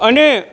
અને